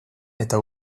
eta